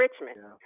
Richmond